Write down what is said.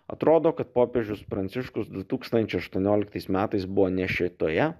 atrodo kad popiežius pranciškus du tūkstančiai aštuonioliktais metais buvo ne šitoje